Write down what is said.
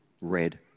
red